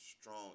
strong